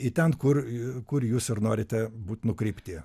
į ten kur i kur jūs ir norite būt nukreipti